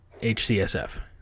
HCSF